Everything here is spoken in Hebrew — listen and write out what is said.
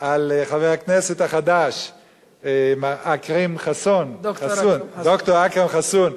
על חבר הכנסת החדש, אכרם חסון, ד"ר אכרם חסון.